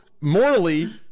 morally